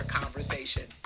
conversation